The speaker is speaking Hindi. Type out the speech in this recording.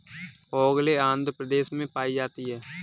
ओंगोले आंध्र प्रदेश में पाई जाती है